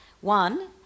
one